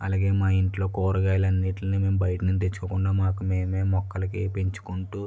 అలాగే మా ఇంట్లో కూరగాయలు అన్నిటిని మేము బయటనుంచి తెచ్చుకోకుండా మాకు మేమే మొక్కలకి పెంచుకుంటూ